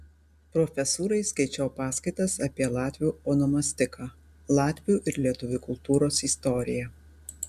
profesūrai skaičiau paskaitas apie latvių onomastiką latvių ir lietuvių kultūros istoriją